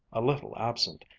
a little absent,